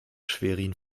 schwerin